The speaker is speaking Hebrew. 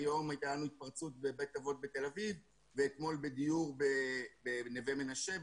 היום הייתה לנו התפרצות בבית אבות בתל-אביב ואתמול בדיור בנווה מנשה,